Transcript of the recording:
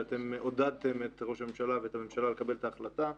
שאתם עודדתם את ראש הממשלה ואת הממשלה לקבל את ההחלטה,